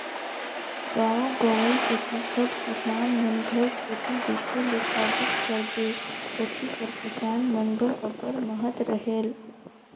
गाव गंवई कती सब किसान मन घर कोठी देखे ले पाबेच करबे, कोठी कर किसान मन बर अब्बड़ महत रहेल